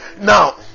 Now